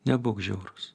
nebūk žiaurus